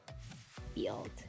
field